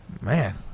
Man